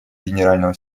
генерального